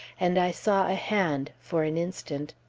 and i saw a hand, for an instant.